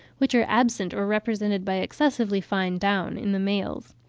which are absent or are represented by excessively fine down in the males.